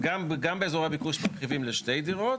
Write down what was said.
גם באזורי הביקוש מרחיבים לשתי דירות,